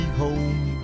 home